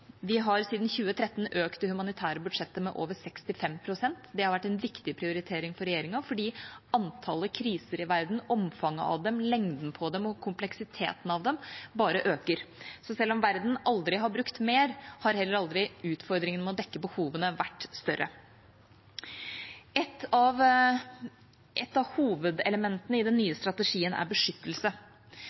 Vi har siden 2013 økt det humanitære budsjettet med over 65 pst. Det har vært en viktig prioritering for regjeringa fordi antallet kriser i verden, omfanget av dem, lengden på dem og kompleksiteten i dem bare øker. Så selv om verden aldri har brukt mer, har aldri utfordringene med å dekke behovene vært større. Et av hovedelementene i den nye strategien er beskyttelse.